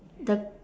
the